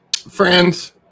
Friends